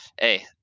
hey